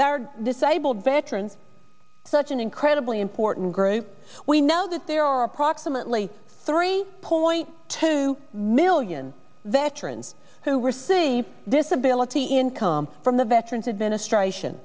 that are disabled veterans such an incredibly important group we know that there are approximately three point two million veterans who receive this ability income from the veterans administration